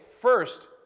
first